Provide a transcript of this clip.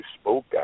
spoke